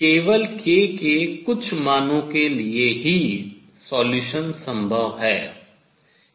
केवल k के कुछ मानों के लिए ही solution हल संभव हैं